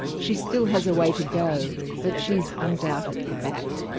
she still has a way to go but she's undoubtedly back.